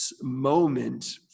moment